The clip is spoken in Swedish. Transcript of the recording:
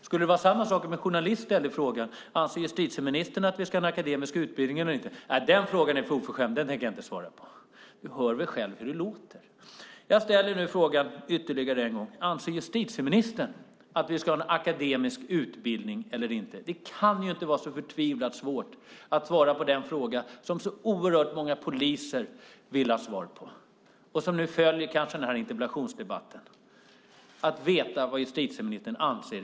Skulle det vara samma sak om en journalist ställde frågan: Anser justitieministern att vi ska ha en akademisk utbildning eller inte? Skulle svaret då bli att den frågan är för oförskämd och att du inte tänker svara på den? Du hör väl själv hur du låter. Jag ställer nu frågan ytterligare en gång. Anser justitieministern att vi ska ha en akademisk utbildning eller inte? Det kan inte vara så förtvivlat svårt att svara på den fråga som så oerhört många poliser, som kanske följer den här interpellationsdebatten, vill ha svar på. De vill veta vad justitieministern anser.